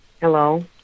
Hello